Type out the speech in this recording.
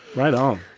right? oh,